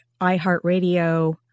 iHeartRadio